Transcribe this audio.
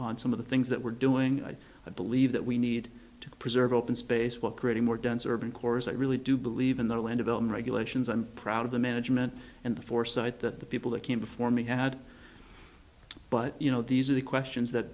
bond some of the things that we're doing i believe that we need to preserve open space what creating more dense urban cores i really do believe in the land of elm regulations i'm proud of the management and the foresight that the people that came before me had but you know these are the questions that